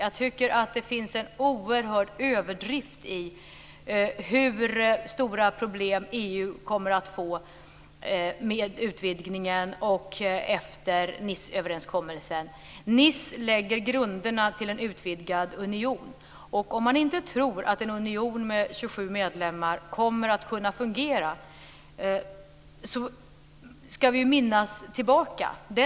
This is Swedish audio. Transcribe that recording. Jag tycker att det finns en oerhörd överdrift i hur stora problem EU kommer att få med utvidgningen och efter Niceöverenskommelsen. Nice lägger grunderna till en utvidgad union. Om man inte tror att en union med 27 medlemmar kommer att kunna fungera, ska man minnas hur det har varit tidigare.